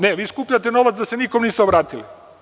Ne, vi skupljate novac a da se nikome niste obratili.